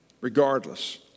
regardless